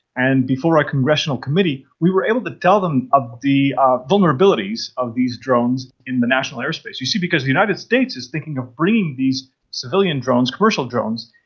and before a congressional committee we were able to tell them of the vulnerabilities of these drones in the national airspace. you see, because the united states is thinking of bringing these civilian drones, commercial drones,